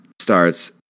starts